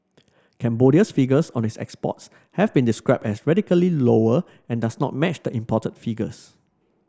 Cambodia's figures on its exports have been described as radically lower and does not match the imported figures